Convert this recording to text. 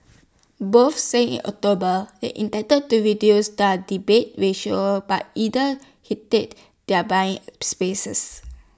both said in October they intended to reduce their debate ratio but either hated their buying spaces